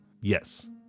Yes